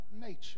nature